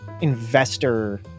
investor